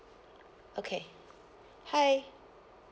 okay hi